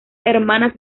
hermanas